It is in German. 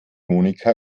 monika